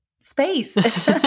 space